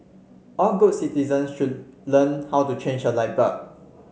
all good citizens should learn how to change a light bulb